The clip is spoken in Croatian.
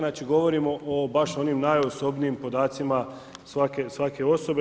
Znači govorimo o baš onim najosobnijim podacima svake osobe.